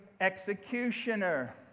executioner